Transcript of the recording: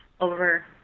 over